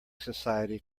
society